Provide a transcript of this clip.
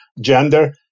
gender